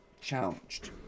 challenged